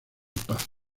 paz